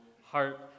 heart